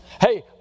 Hey